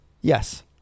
Yes